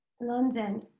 London